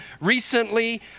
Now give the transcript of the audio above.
recently